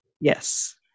Yes